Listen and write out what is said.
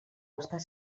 estar